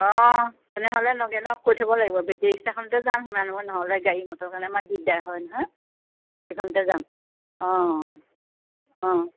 অঁ তেনেহ'লে নগেনক কৈ থ'ব লাগিব বেটেৰী ৰিক্সাখনতে যাম সিমান নহ'লে গাড়ী মটৰ কাৰণে আমাৰ দিগদাৰ হয় নহয় এইখনতে যাম অঁ